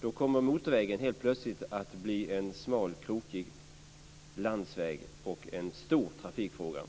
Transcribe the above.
Då blir motorvägen helt plötsligt en smal, krokig landsväg och en stor trafikfara.